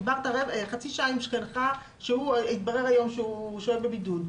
דיברת חצי שעה עם שכנך שהתברר היום שהוא שוהה בבידוד.